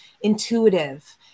intuitive